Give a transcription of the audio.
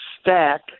stack